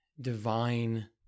divine